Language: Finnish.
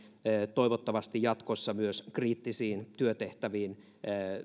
toivottavasti jatkossa myös kriittisiin työtehtäviin